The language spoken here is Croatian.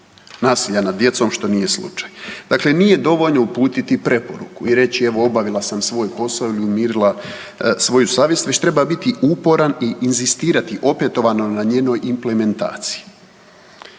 nasilja nad djecom, što nije slučaj. Dakle, nije dovoljno uputiti preporuku i reći evo obavila sam svoj posao i umirila svoju savjest već treba biti uporan i inzistirati opetovano na njenoj implementaciji.